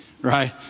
Right